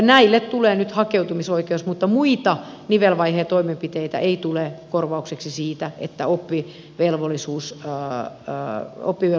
näille tulee nyt hakeutumisoikeus mutta muita nivelvaiheen toimenpiteitä ei tule korvaukseksi siitä että oppivelvollisuuden pidentämisestä luovuttiin